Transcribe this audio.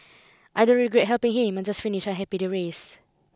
I don't regret helping him I'm just finished I happy the race